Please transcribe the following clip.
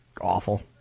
awful